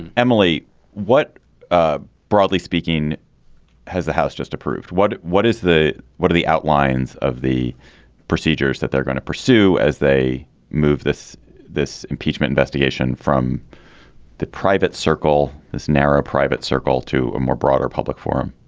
and emily what ah broadly speaking has the house just approved what what is the what are the outlines of the procedures that they're going to pursue as they move this this impeachment investigation from the private circle this narrow private circle to a more broader public forum